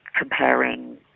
comparing